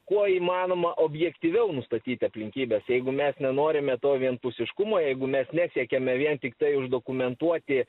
kuo įmanoma objektyviau nustatyt aplinkybes jeigu mes nenorime to vienpusiškumo jeigu mes nesiekiame vien tiktai uždokumentuoti